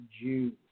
Jews